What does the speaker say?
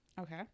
okay